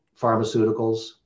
pharmaceuticals